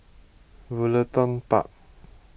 Woollerton Park